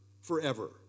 forever